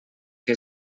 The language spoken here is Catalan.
que